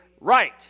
right